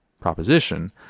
proposition